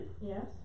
Yes